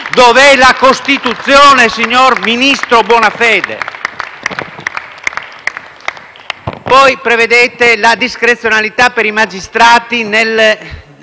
Dov'è la Costituzione, signor ministro Bonafede? Prevedete poi la discrezionalità per i magistrati e